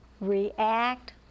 react